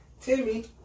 Timmy